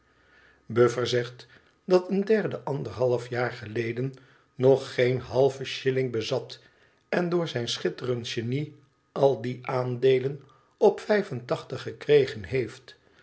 buffer zegt dat een derde anderhalfjaar geleden nog geen halven schilling bezat en door zijn schitterend genie al die aandeelen op vijf en tachtig gekregen heeft